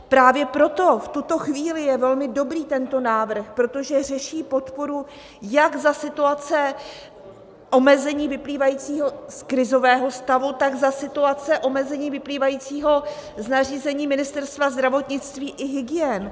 Právě proto v tuto chvíli je velmi dobrý tento návrh, protože řeší podporu jak za situace omezení vyplývajícího z krizového stavu, tak za situace omezení vyplývajícího z nařízení Ministerstva zdravotnictví i hygien.